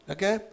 Okay